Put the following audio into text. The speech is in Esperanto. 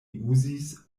uzis